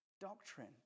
doctrine